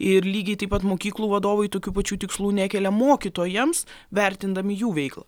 ir lygiai taip pat mokyklų vadovai tokių pačių tikslų nekelia mokytojams vertindami jų veiklą